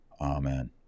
Amen